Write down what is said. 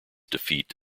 defeat